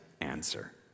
answer